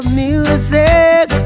music